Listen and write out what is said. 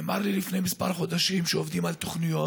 נאמר לי לפני כמה חודשים שעובדים על תוכניות.